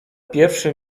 pierwszym